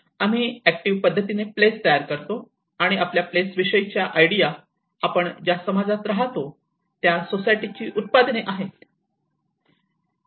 आम्ही ऍक्टिव्ह पद्धतीने प्लेस तयार करतो आणि आपल्या प्लेस विषयीच्या आयडिया आपण ज्या समाजात राहतो त्या सोसायटीची उत्पादने आहेत